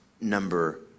Number